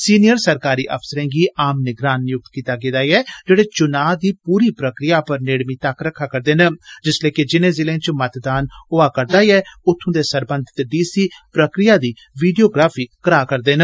senior सरकारी अफसरें गी आम निगरान नियुक्त कीता गेया ऐ जेड़े चूना दी पूरी प्रक्रिया पर नेड़मा तक्क रखै करदे न जिसलै कि जिने जिलें च मतदान होआ करदा ऐ उत्थू दे सरबंधित ी सी प्रक्रिया दी वी योग्राफी करारदे न